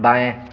बाएँ